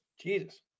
Jesus